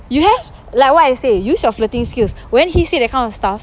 you just like what I say use your flirting skills when he say that kind of stuff